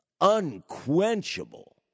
unquenchable